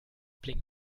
blinkt